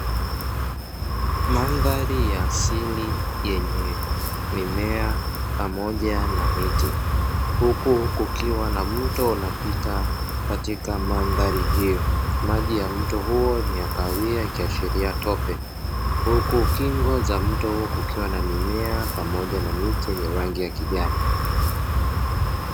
Mandhari ya asili yenye mimea pamoja na miti; huku kukiwa na mto unapita katika mandhari hiyo, maji ya mto huo ni ya kahawia ikiashiria tope; huku kingo za mto huo kukiwa na mimea pamoja na miti yenye rangi ya kijani.